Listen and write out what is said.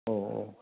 औ औ